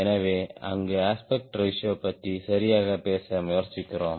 எனவே அங்கு aspect ratio பற்றி சரியாக பேச முயற்சிக்கிறோம்